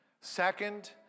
Second